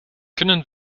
kunnen